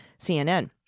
CNN